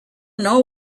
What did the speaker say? know